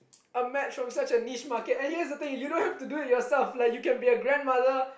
a match from such a niche market and here's the thing you don't have to do it yourself like you can be a grandmother